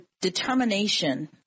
determination